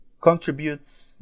contributes